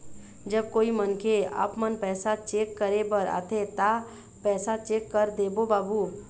जब कोई मनखे आपमन पैसा चेक करे बर आथे ता पैसा चेक कर देबो बाबू?